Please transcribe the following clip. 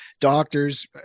doctors